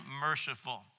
merciful